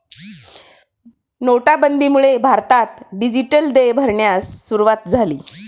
नोटाबंदीमुळे भारतात डिजिटल देय भरण्यास सुरूवात झाली